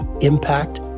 impact